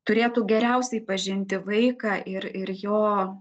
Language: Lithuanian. turėtų geriausiai pažinti vaiką ir ir jo